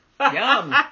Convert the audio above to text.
Yum